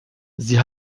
sie